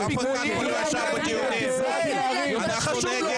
הוא בכלל באירופה, הוא ביורו-טריפ.